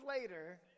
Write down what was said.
later